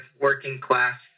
working-class